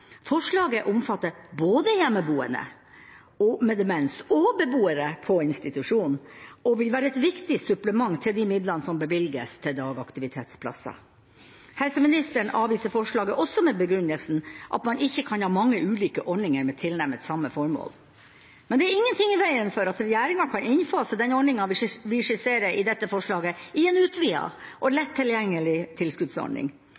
Forslaget omfatter både hjemmeboende med demens og beboere på institusjon og vil være et viktig supplement til de midlene som bevilges til dagaktivitetsplasser. Helseministeren avviser forslaget også med den begrunnelse at man ikke kan ha mange ulike ordninger med tilnærmet samme formål. Men det er ingenting i veien for at regjeringa kan innfase den ordningen vi skisserer i dette forslaget, i en utvidet og